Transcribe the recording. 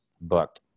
book